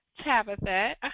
Tabitha